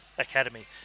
Academy